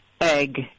egg